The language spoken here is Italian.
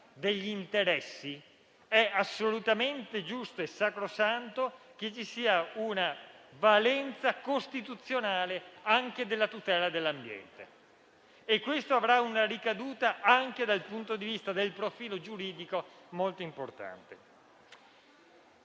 degli interessi è assolutamente giusto e sacrosanto che ci sia una valenza costituzionale anche della tutela dell'ambiente. Ciò avrà una ricaduta molto importante anche dal punto di vista del profilo giuridico. Noi tuteliamo